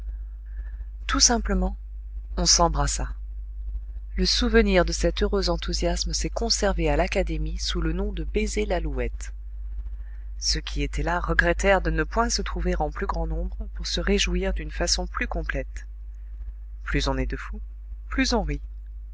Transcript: tout simplement on s'embrassa le souvenir de cet heureux enthousiasme s'est conservé à l'académie sous le nom de baiser lalouette ceux qui étaient là regrettèrent de ne point se trouver en plus grand nombre pour se réjouir d'une façon plus complète plus on est de fous plus on rit